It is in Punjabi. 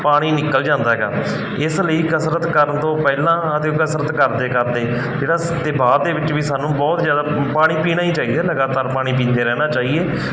ਪਾਣੀ ਨਿਕਲ ਜਾਂਦਾ ਹੈਗਾ ਇਸ ਲਈ ਕਸਰਤ ਕਰਨ ਤੋਂ ਪਹਿਲਾਂ ਅਤੇ ਉਹ ਕਸਰਤ ਕਰਦੇ ਕਰਦੇ ਜਿਹੜਾ ਬਾਅਦ ਦੇ ਵਿੱਚ ਵੀ ਸਾਨੂੰ ਬਹੁਤ ਜ਼ਿਆਦਾ ਪਾਣੀ ਪੀਣਾ ਹੀ ਚਾਹੀਦਾ ਲਗਾਤਾਰ ਪਾਣੀ ਪੀਂਦੇ ਰਹਿਣਾ ਚਾਹੀਏ